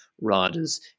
riders